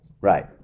Right